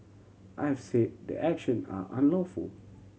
I have say the action are unlawful